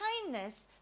kindness